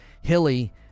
Hilly